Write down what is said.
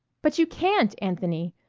but you can't, anthony.